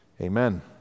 Amen